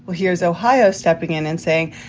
here's ohio stepping in and saying,